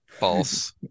false